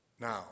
Now